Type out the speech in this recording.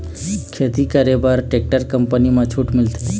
खेती करे बर का टेक्टर कंपनी म छूट मिलथे?